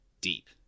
deep